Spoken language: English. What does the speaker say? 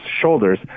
shoulders